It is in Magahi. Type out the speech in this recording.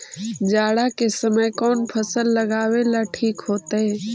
जाड़ा के समय कौन फसल लगावेला ठिक होतइ?